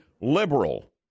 liberal